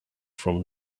from